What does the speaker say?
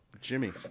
Jimmy